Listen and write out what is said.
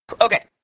Okay